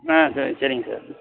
ஆ சரிங் சரிங்க சார்